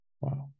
Wow